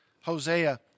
Hosea